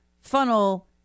funnel